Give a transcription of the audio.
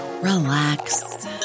relax